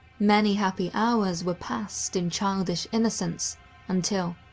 many happy hours were passed in childish innocence until,